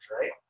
right